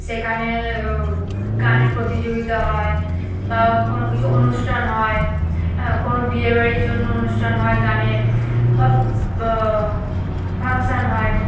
সেখানে গানের প্রতিযোগিতা হয় বা কোনো কিছু অনুষ্ঠান হয় হ্যাঁ কোনো বিয়ের বাড়ির জন্য অনুষ্ঠান হয় গানের বা ফাংশান হয়